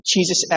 Jesus